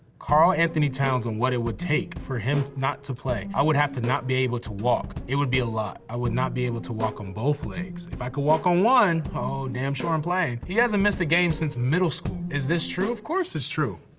karl-anthony towns on what it would take for him not to play. i would have to not be able to walk. it would be a lot, i would not be able to walk on both legs. if i could walk on one, oh, damn sure i'm playing. he hasn't missed a game since middle school, is this true? of course it's true.